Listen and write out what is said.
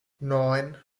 neun